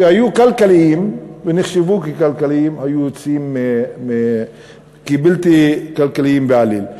שהיו כלכליים ונחשבו ככלכליים היו יוצאים בלתי כלכליים בעליל.